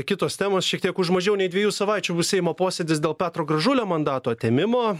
kitos temos šiek tiek už mažiau nei dviejų savaičių bus seimo posėdis dėl petro gražulio mandato atėmimo